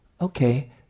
Okay